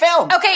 Okay